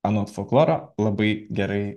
anot folkloro labai gerai